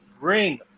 ring